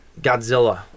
Godzilla